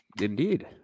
Indeed